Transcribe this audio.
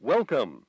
Welcome